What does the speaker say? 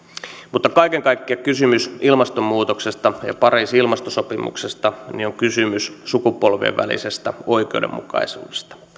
mutta kaiken kaikkiaan kysymys ilmastonmuutoksesta ja pariisin ilmastosopimuksesta on kysymys sukupolvien välisestä oikeudenmukaisuudesta